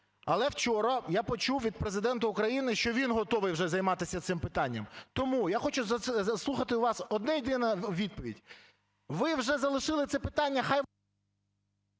Але вчора я почув від Президента України, що він готовий займатися цим питанням. Тому я хочу заслухати у вас одну єдину відповідь. Ви вже залишили це питання…